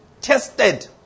tested